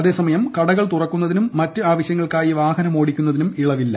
അതേസമയം കടകൾ തുറക്കുന്നതിനും മറ്റ് ആവശ്യങ്ങൾക്കായി വാഹനമോടിക്കുന്നതിനും ഇളവില്ല